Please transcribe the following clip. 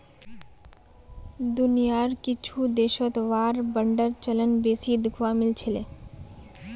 दुनियार कुछु देशत वार बांडेर चलन बेसी दखवा मिल छिले